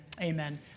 Amen